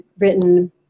written